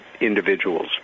individuals